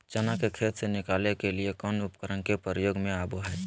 चना के खेत से निकाले के लिए कौन उपकरण के प्रयोग में आबो है?